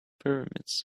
pyramids